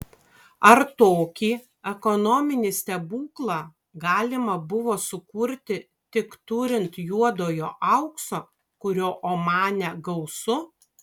ar tokį ekonominį stebuklą galima buvo sukurti tik turint juodojo aukso kurio omane gausu